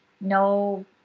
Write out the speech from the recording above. no